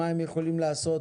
מה הם יכולים לעשות